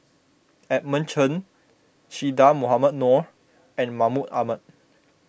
Edmund Chen Che Dah Mohamed Noor and Mahmud Ahmad